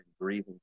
grieving